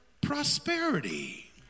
prosperity